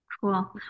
Cool